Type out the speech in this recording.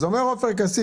אז אומר עופר כסיף